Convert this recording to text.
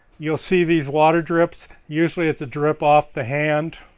you'll see these water drips, usually it's a drip off the hand